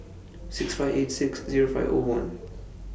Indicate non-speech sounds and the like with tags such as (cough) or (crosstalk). (noise) six five eight six Zero five O one